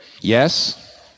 yes